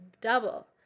double